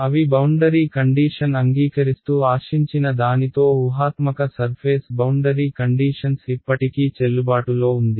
అవి boundary condition అంగీకరిస్తూ ఆశించిన దానితో ఊహాత్మక సర్ఫేస్ బౌండరీ కండీషన్స్ ఇప్పటికీ చెల్లుబాటులో ఉంది